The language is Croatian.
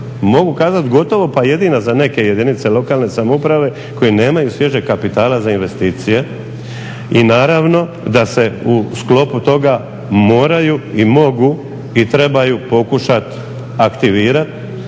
mogu kazati gotovo pa jedina za neke jedinice lokalne samouprave koje nemaju svježeg kapitala za investicije i naravno da se u sklopu toga moraju i mogu i trebaju pokušati aktivirati